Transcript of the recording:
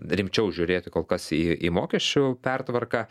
rimčiau žiūrėti kol kas į į mokesčių pertvarką